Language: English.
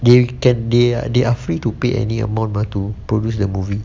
they can they are they are free to pay any amount mah to produce that movie